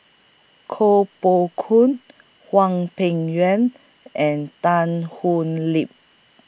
Koh Poh Koon Hwang Peng Yuan and Tan Thoon Lip